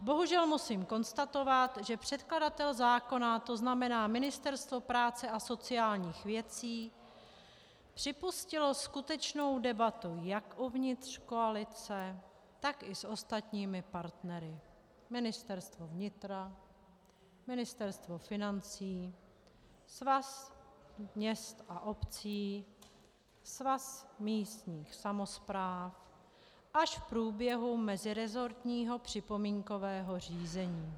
Bohužel musím konstatovat, že předkladatel zákona, to znamená Ministerstvo práce a sociálních věcí, připustilo skutečnou debatu jak uvnitř koalice, tak i s ostatními partnery Ministerstvo vnitra, Ministerstvo financí, Svaz měst a obcí, Svaz místních samospráv až v průběhu meziresortního připomínkového řízení.